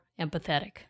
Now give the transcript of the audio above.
empathetic